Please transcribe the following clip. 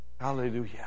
Hallelujah